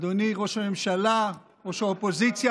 אדוני ראש הממשלה, ראש האופוזיציה,